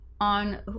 on